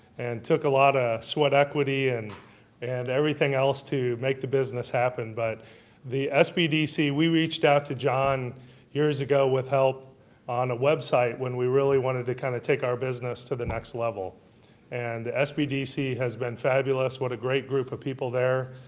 and took a lot of ah sweat equity and and everything else to make the business happen. but the sbdc we reached out to john years ago with help on a web site when we really wanted to kind of take our business to the next level and the sbdc has been fabulous. what a great group of people there.